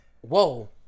Whoa